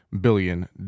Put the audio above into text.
billion